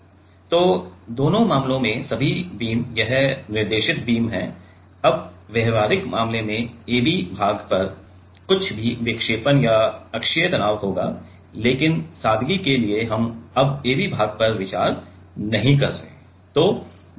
तो दोनों मामलों में सभी बीम यह निर्देशित बीम है अब व्यावहारिक मामले में AB भाग पर भी कुछ विक्षेपण या अक्षीय तनाव होगा लेकिन सादगी के लिए हम अब AB भाग पर विचार नहीं कर रहे हैं